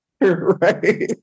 right